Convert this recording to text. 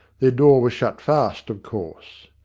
their door was shut fast, of course.